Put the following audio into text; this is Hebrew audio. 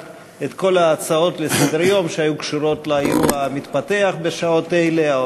את כל ההצעות לסדר-היום שהיו קשורות לאירוע המתפתח בשעות אלה,